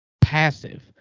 passive